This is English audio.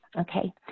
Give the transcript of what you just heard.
Okay